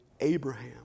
Abraham